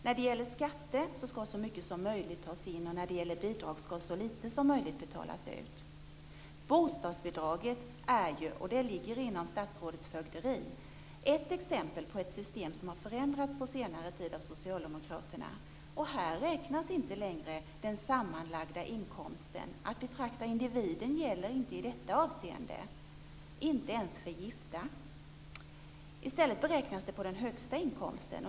När det gäller skatter skall som mycket som möjligt tas in, och när det gäller bidrag skall så lite som möjligt betalas ut. Bostadsbidraget är ju - och det ligger inom statsrådets fögderi - ett exempel på ett system som har förändrats på senare tid av socialdemokraterna. Här räknas inte längre den sammanlagda inkomsten. Att betrakta människor som individer gäller inte i detta avseende, inte ens för gifta. I stället beräknas det på den högsta inkomsten.